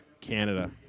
Canada